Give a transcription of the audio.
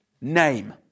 name